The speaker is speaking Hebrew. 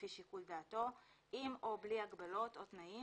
לפי שיקול דעתו עם או בלי הגבלות או תנאים,